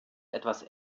etwas